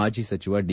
ಮಾಜಿ ಸಚಿವ ಡಿ